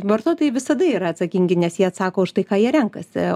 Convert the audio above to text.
vartotojai visada yra atsakingi nes jie atsako už tai ką jie renkasi